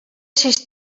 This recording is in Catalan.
sis